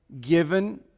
given